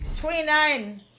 Twenty-nine